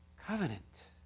covenant